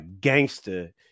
gangster